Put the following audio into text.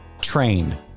train